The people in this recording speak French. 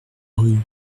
rue